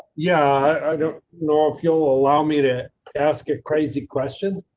yeah, i don't know if you'll allow me to ask a crazy question.